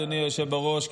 אדוני היושב בראש,